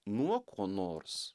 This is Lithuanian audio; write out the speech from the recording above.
nuo ko nors